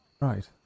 Right